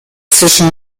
zwischen